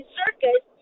circus